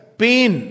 pain